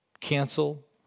cancel